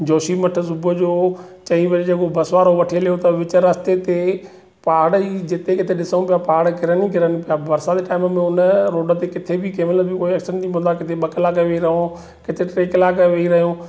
जोशी मठ सुबुह जो चईं बजे वो बस वारो वठी हलो त विच रास्ते ते पहाड़ ई जिथे किथे ॾिसूं पिया पहाड़ किरन ई किरन पिया बरसाति जे टाइम में हुन रोड ते किथे बि कंहिं महिल बि किथे ॿ कलाक बि रहूं किथे टे कलाक वेही रहूं